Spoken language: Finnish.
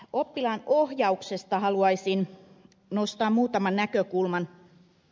oppilaanohjauksesta haluaisin nostaa muutaman näkökulman